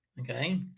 okay